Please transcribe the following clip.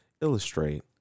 illustrate